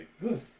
Good